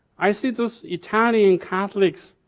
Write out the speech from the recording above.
i see those italian catholics,